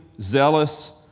zealous